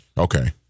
Okay